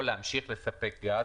או להמשיך ולספק גז,